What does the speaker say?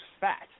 fat